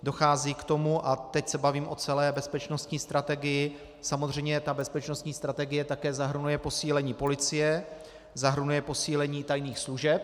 Dochází k tomu a teď se bavím o celé bezpečnostní strategii samozřejmě ta bezpečnostní strategie zahrnuje také posílení policie, zahrnuje posílení tajných služeb.